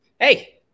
Hey